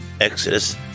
Exodus